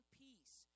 peace